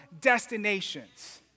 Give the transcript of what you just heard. destinations